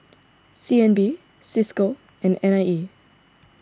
C N B Cisco and N I E